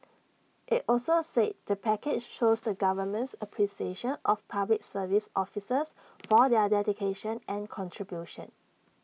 IT also said the package shows the government's appreciation of Public Service officers for their dedication and contribution